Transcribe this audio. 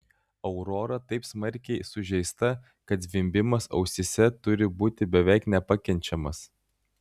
aurora taip smarkiai sužeista kad zvimbimas ausyse turi būti beveik nepakenčiamas